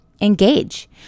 engage